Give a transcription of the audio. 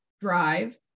drive